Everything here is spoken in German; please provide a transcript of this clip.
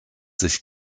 sich